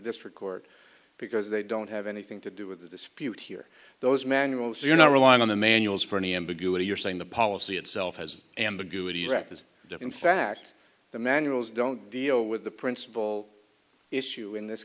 district court because they don't have anything to do with the dispute here those manuals you know rely on the manuals for any ambiguity you're saying the policy itself has ambiguities rector's in fact the manuals don't deal with the principal issue in this